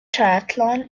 triathlon